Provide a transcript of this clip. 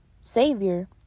Savior